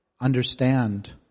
understand